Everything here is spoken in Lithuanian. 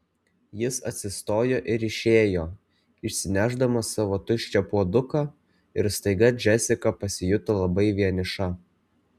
jis atsistojo ir išėjo išsinešdamas savo tuščią puoduką ir staiga džesika pasijuto labai vieniša